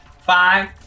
five